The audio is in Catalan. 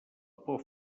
por